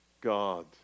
God